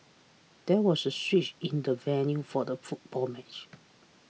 there was a switch in the venue for the football match